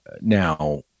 Now